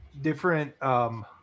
different